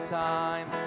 time